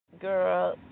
Girl